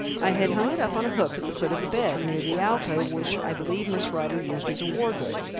i had hung it up on a hook at the foot of the bed, near the alcove which i believe miss rider used as a wardrobe.